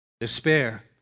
despair